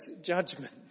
judgment